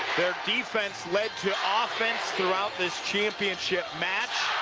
their defense lead to ah offense throughout this championship match.